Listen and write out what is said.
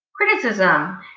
criticism